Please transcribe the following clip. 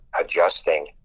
adjusting